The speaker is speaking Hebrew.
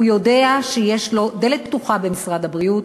יודע שיש לו דלת פתוחה במשרד הבריאות.